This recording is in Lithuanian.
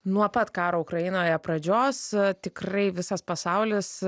nuo pat karo ukrainoje pradžios tikrai visas pasaulis